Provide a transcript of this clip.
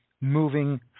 ...moving